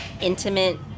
intimate